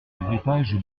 héritage